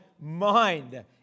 mind